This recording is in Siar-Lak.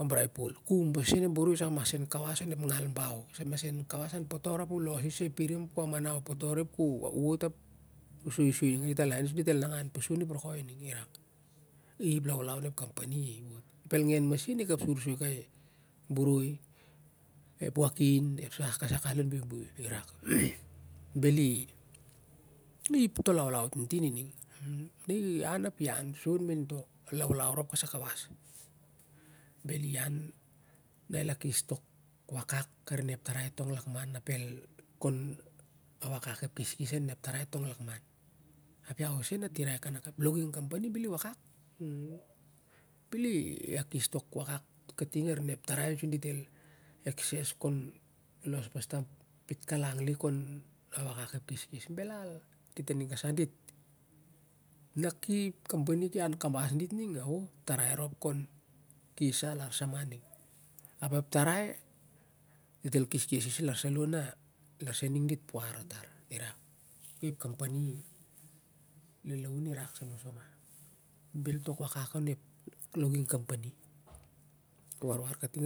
Ambrai pol ku um pas maseu ep boroi sai masen kawas lon ep ngal bau sai kawas an potor ap u los i sai seu pi rim ap u ammaneu potor i ap u wot ap soi soi pas ningan dit sa dit el nangan pos u ai ep rokoi ning i rak ip laulau onep company i wot ep elngen masin i kapsur soi kai boroi ep wakin ep sah kasai kawas lon buibui irak bel i i to laulau tintin inning na i ian ap i ian main to laulau rop kasai kawas bel i an ap el akes tok wakak na ep tarai long lakman ap kon awakak ep keskes na ep logging company bel i akes tong wakak kating arim ep tarai su dit el los ta pitkalang alik kon awakak ep keskes belal na sa dit na ep company ki ankabas dit ning ao tarai rop kon kes alar sama ning ap ep tarai dit el keskes i lai sama a ning ap ian sening dit puar. Ep lalaun i rak sa mo sa ma bel tok wakak on ep logging ep war war kating